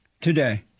today